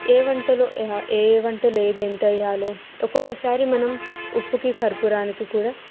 ఏ వంటలో ఏ వంటలో ఏది ఎంత వేయాలో ఒక్కొక్కసారి మనం ఉప్పుకి కర్పూరానికి కూడా